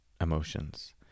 emotions